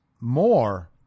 more